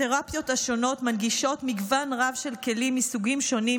התרפיות השונות מנגישות מגוון רב של כלים מסוגים שונים